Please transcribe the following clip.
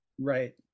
right